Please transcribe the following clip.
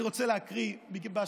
אני רוצה להקריא משהו,